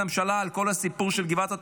הממשלה על כל הסיפור של גבעת התחמושת,